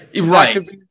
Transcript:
Right